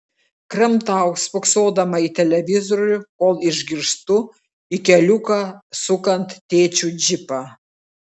kramtau spoksodama į televizorių kol išgirstu į keliuką sukant tėčio džipą